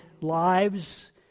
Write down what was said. lives